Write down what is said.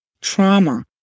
trauma